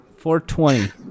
420